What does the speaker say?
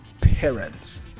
parents